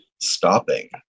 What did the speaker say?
stopping